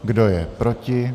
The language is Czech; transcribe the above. Kdo je proti?